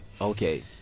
Okay